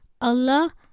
Allah